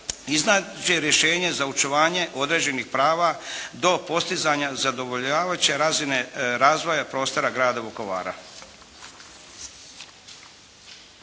iznađe rješenje za očuvanje određenih prava do postizanja zadovoljavajuće razine razvoja prostora grada Vukovara.